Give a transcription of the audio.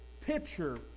picture